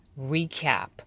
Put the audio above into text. recap